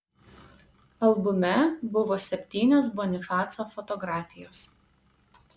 albume buvo septynios bonifaco fotografijos